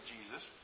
Jesus